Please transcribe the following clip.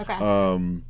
Okay